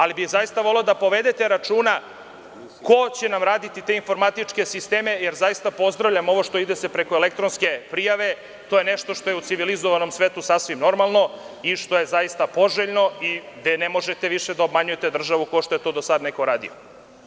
Ali, zaista bih voleo da povedete računa ko će nam raditi te informatičke sisteme, jer zaista pozdravljam ovo što se ide preko elektronske prijave i to je nešto što je u civilizovanom svetu sasvim normalno i što je zaista poželjno, jer ne možete više da obmanjujete državu kao što se do sada radilo.